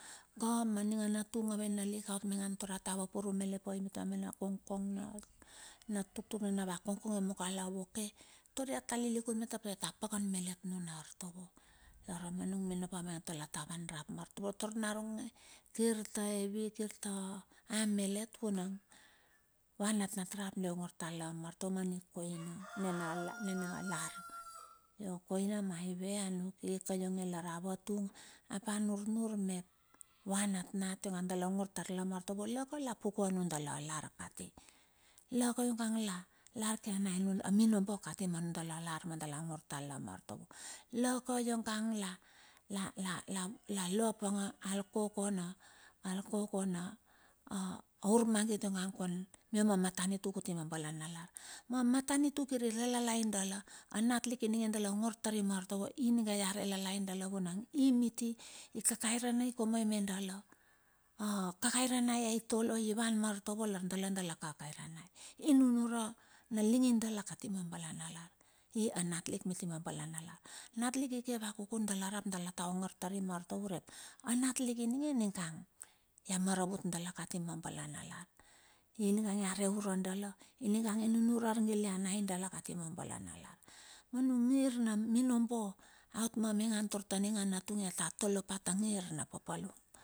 Ko ma ninga natung a vaina lik aot maingan tara vapurum malet mitue va mena kongkong iomoka la voke, tar ia ta lilikun malet meta pepe apa pakan malet nuna artovo. Larmanung minombo, amaingan tar la ta van rap ma artovo tar naronge kirta hevi kirta, kirta ah malet vunang vanatnat rap diongor tar la maartovo ma ni koina ninalar. Io koina maive anuk ika lar avatung ap a nurnur mep va natnat ionga dala ongor tar la ma artovo, la ka ionge la pukue nudala lar kati. La ka iongai la pukue nudala lar kati na dala ongor tar la ma artovo. La ka ionga la lo apange al kokona urmangit mia ma matanitu tar kuti ma lar. Ma matanitu kiri re lelai dala, ma natlik ininge da ongor tari ma artovo, ininga ia re lelai dala vunang, i miti ikakairanai komoi me dala. Akakairanai oi van ma artovo ilar daladala kakai ranei. Inunure na linge dala kati ma bala nalar. Anatlik miti ma balanalar, anatlik ike vakuku dala ta ongor tari ma artovo, urep anatlik ininge ningang ia maravut dala kati ma balanalar, ininga ia re ure dala, inunure argilianai dala kati ma balana lar. Nungir na minombo, aot maingan tar taning anatung iatole pa ta ngirna papalum.